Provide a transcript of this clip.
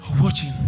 watching